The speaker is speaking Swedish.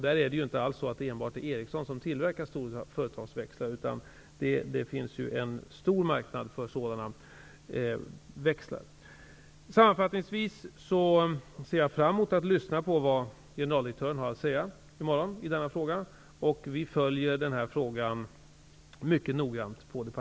Det är ju inte enbart Ericsson som tillverkar företagsväxlar, utan det finns en stor marknad för sådana växlar. Sammanfattningsvis ser jag fram emot att få lyssna på vad generaldirektören har att säga i morgon i denna fråga. Vi på departementet följer den här frågan mycket noga.